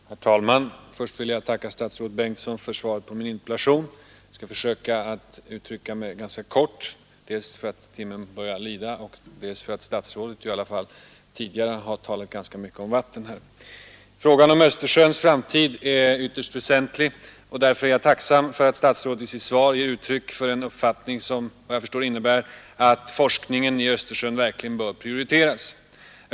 Herr talman! Först vill jag tacka statsrådet Bengtsson för svaret på min interpellation. Jag skall försöka fatta mig ganska kort, dels därför att timmen börjar bli sen, dels för att statsrådet ju ändå tidigare här har talat ganska mycket om vatten. Frågan om Östersjöns framtid är ytterst väsentlig, och därför är jag tacksam för att statsrådet i sitt svar ger uttryck för en uppfattning som såvitt jag förstår innebär att forskningen i Östersjön verkligen bör prioriteras.